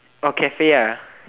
orh cafe ah